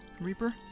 Reaper